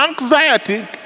anxiety